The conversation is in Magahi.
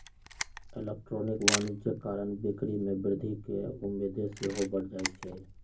इलेक्ट्रॉनिक वाणिज्य कारण बिक्री में वृद्धि केँ उम्मेद सेहो बढ़ जाइ छइ